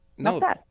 No